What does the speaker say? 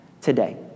today